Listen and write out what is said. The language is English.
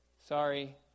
sorry